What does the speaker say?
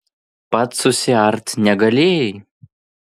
pats susiart negalėjai